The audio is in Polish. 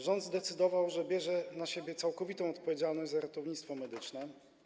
Rząd zdecydował, że bierze na siebie całkowitą odpowiedzialność za ratownictwo medyczne.